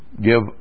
give